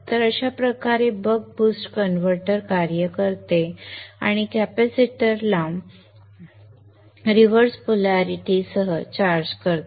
तर अशा प्रकारे बक बूस्ट कन्व्हर्टर कार्य करते आणि कॅपेसिटरला रिव्हर्स पोलारिटी चार्ज करते